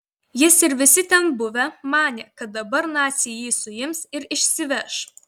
jis ir visi ten buvę manė kad dabar naciai jį suims ir išsiveš